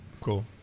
Cool